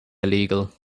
illegal